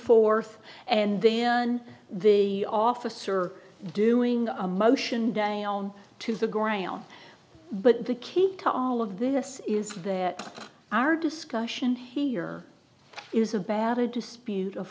forth and then the officer doing a motion day on to the ground but the key to all of this is that our discussion here is a batter dispute of